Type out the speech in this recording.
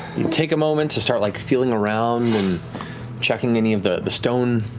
you take a moment to start like feeling around and checking any of the stone